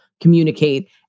communicate